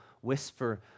whisper